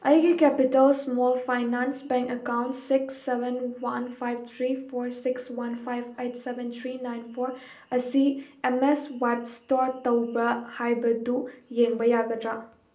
ꯑꯩꯒꯤ capital small finance bank account six seven one five three four six one five eight seven three nine four ꯑꯁꯤ M S ꯋꯥꯏꯞ ꯏꯁꯇꯣꯔ ꯇꯧꯕ꯭ꯔꯥ ꯍꯥꯏꯕꯗꯨ ꯌꯦꯡꯕ ꯌꯥꯒꯗ꯭ꯔꯥ